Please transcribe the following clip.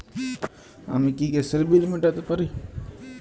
আমি কি গ্যাসের বিল মেটাতে পারি?